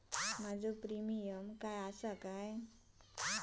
माझो प्रीमियम काय आसा?